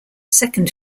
second